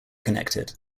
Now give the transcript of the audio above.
connected